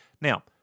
Now